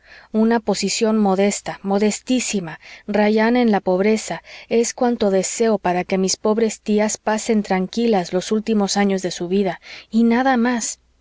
una posición modesta modestísima rayana en la pobreza es cuanto deseo para que mis pobres tías pasen tranquilas los últimos años de su vida y nada más